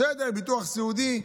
בסדר, ביטוח סיעודי,